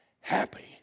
Happy